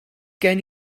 gen